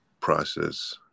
process